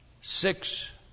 Six